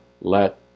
let